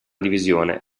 divisione